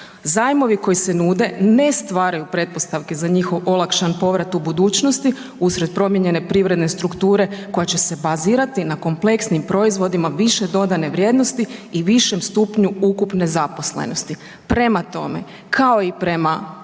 Zajmovi koji se nude ne stvaraju pretpostavke za njihov olakšan povrat u budućnosti usred promijenjene privredne strukture koja će se bazirati na kompleksnim proizvodima više dodane vrijednosti i višem stupnju ukupne zaposlenosti. Prema tome, kao i prema